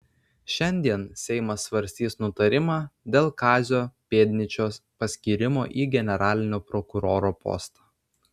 šiandien seimas svarstys nutarimą dėl kazio pėdnyčios paskyrimo į generalinio prokuroro postą